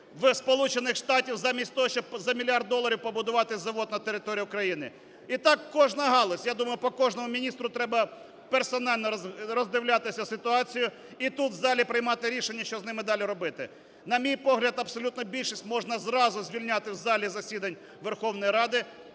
Штатах замість того, щоб за мільярд доларів побудувати завод на території України. І так кожна галузь! Я думаю, по кожному міністру треба персонально роздивлятися ситуацію, і тут, у залі приймати рішення, що з ними далі робити. На мій погляд, абсолютну більшість можна зразу звільняти в залі засідань Верховної Ради